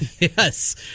yes